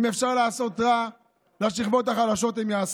אם אפשר לעשות רע לשכבות החלשות הם יעשו.